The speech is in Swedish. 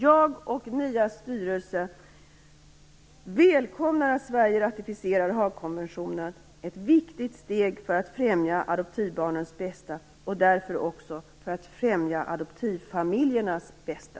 Jag och de övriga i NIA:s styrelse välkomnar att Sverige ratificerar Haagkonventionen. Det är ett viktigt steg för att främja adoptivbarnens bästa och därför också för att främja adoptivfamiljernas bästa.